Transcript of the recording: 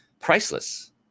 priceless